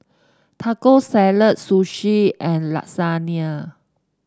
Taco Salad Sushi and Lasagna